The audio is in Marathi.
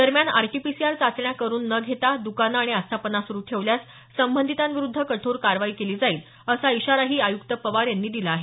दरम्यान आरटीपीसीआर चाचण्या करून न घेता दुकानं आणि आस्थापना सुरू ठेवल्यास संबंधितांविरुध्द कठोर कारवाई केली जाईल असा इशाराही आयुक्त पवार यांनी दिला आहे